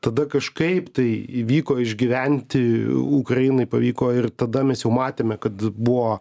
tada kažkaip tai įvyko išgyventi ukrainai pavyko ir tada mes jau matėme kad buvo